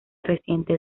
reciente